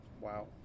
Wow